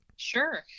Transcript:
Sure